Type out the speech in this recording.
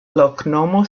loknomo